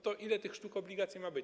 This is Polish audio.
To ile tych sztuk obligacji ma być?